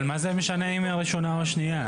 מה זה משנה אם היא הראשונה או השנייה?